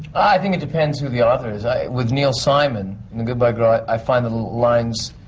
i think it depends who the author is. i. with neil simon, in the goodbye girl, i find the the lines